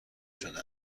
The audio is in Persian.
شده